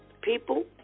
People